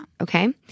Okay